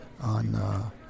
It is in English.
on